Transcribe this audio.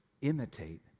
imitate